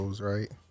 right